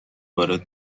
وارد